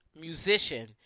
musician